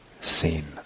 seen